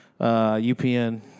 UPN